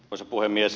arvoisa puhemies